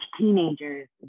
teenagers